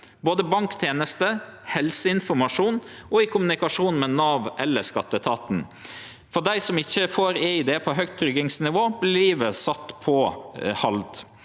både banktenester, helseinformasjon og kommunikasjon med Nav eller skatteetaten. For dei som ikkje får e-ID på høgt tryggingsnivå, vert livet sett på hald.